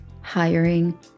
hiring